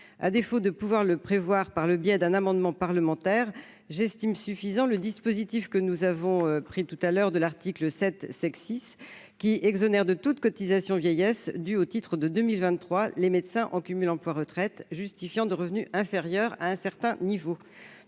à défaut de pouvoir le prévoir, par le biais d'un amendement parlementaire, j'estime suffisant le dispositif que nous avons pris tout à l'heure de l'article 7 sexy qui exonère de toute cotisation vieillesse due au titre de 2023, les médecins en cumul emploi-retraite justifiant de revenus inférieurs à un certain niveau,